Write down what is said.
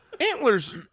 antlers